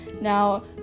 Now